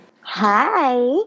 Hi